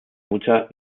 mutter